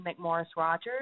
McMorris-Rogers